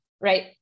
right